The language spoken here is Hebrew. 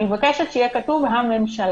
אני מבקשת שיהיה כתוב הממשלה,